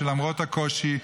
שלמרות הקושי,